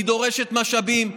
היא דורשת משאבים,